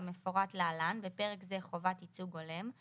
כמפורט להלן (בפרק זה חובת ייצוג הולם),